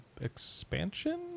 expansion